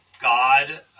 God